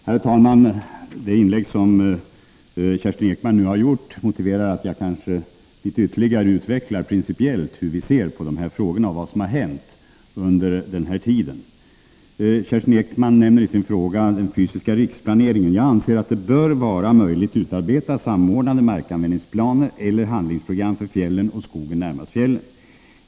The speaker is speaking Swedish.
Herr talman! Det inlägg som Kerstin Ekman nu gjort motiverar att jag ytterligare utvecklar hur vi principiellt ser på dessa frågor och vad som hänt under denna tid. Kerstin Ekman nämner i sin fråga den fysiska riksplaneringen. Jag anser att det bör vara möjligt att utarbeta samordnade markanvändningsplaner eller handläggningsprogram för fjällen och skogen närmast fjällen.